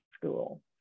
school